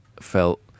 felt